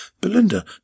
Belinda